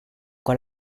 con